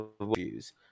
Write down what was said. views